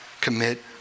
commit